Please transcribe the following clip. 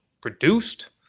produced